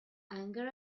anger